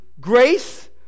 grace